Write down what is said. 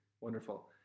Wonderful